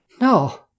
No